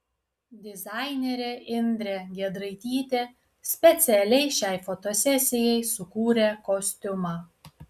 dizainerė indrė giedraitytė specialiai šiai fotosesijai sukūrė kostiumą